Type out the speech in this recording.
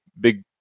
big